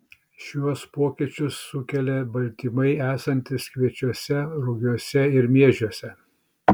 šiuos pokyčius sukelia baltymai esantys kviečiuose rugiuose ir miežiuose